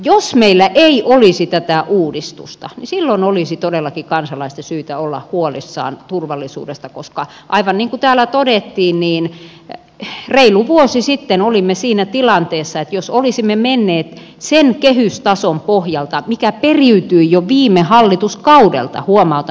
jos meillä ei olisi tätä uudistusta niin silloin olisi todellakin kansalaisten syytä olla huolissaan turvallisuudesta koska aivan niin kuin täällä todettiin reilu vuosi sitten olimme siinä tilanteessa että jos olisimme menneet sen kehystason pohjalta mikä periytyi jo viime hallituskaudelta huomautan